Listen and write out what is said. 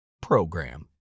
program